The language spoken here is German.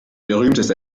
berühmteste